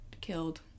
killed